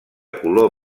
color